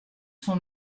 son